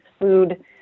food